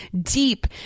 deep